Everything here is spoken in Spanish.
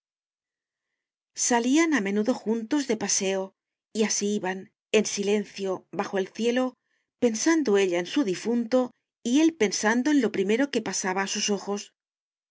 salían a menudo juntos de paseo y así iban en silencio bajo el cielo pensando ella en su difunto y él pensando en lo que primero pasaba a sus ojos